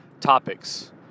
topics